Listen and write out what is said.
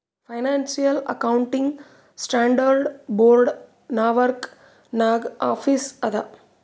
financial accounting standard board Norwalk ನಾಗ್ office ಅದಾ